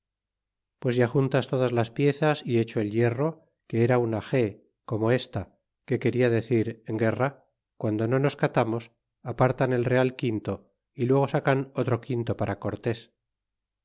pues ya juntas todas las piezas y hecho el hierro que era una g como esta que quena decir guerra guando no nos catamos apartan el real quinto y luego sacan otro quinto para